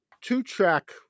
two-track